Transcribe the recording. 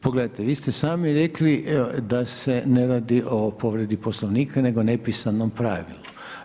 Pogledajte, vi ste sami rekli da se ne radi o povredi Poslovnika, nego nepisanom pravilu.